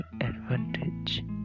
advantage